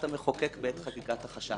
האיש ניצל את זכותו.